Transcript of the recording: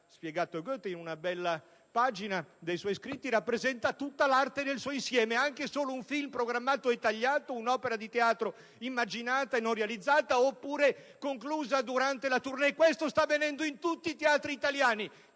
spiegato Goethe in una bella pagina dei suoi scritti - tutta l'arte nel suo insieme: anche solo un film programmato e tagliato e un'opera di teatro o di musica immaginata e non realizzata, oppure interrotta durante la *tournée*. Questo sta avvenendo in tutti i teatri italiani: